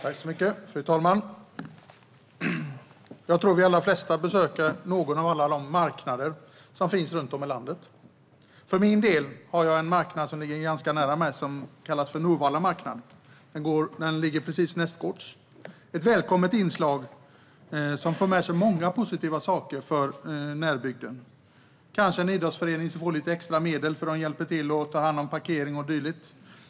Fru talman! Jag tror att de allra flesta av oss besöker någon av alla de marknader som finns runt om i landet. För min del har jag en marknad som ligger ganska nära mitt hem och som kallas för Norvalla marknad. Den är ett välkommet inslag som för med sig många positiva saker för bygden. Det är kanske en idrottsförening som får lite extra medel för att man hjälper till att ta hand om parkering och annat.